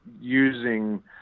using